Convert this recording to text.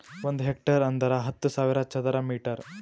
ಒಂದ್ ಹೆಕ್ಟೇರ್ ಅಂದರ ಹತ್ತು ಸಾವಿರ ಚದರ ಮೀಟರ್